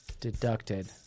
deducted